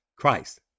Christ